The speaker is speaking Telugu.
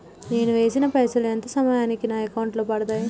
నేను వేసిన పైసలు ఎంత సమయానికి నా అకౌంట్ లో పడతాయి?